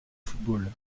football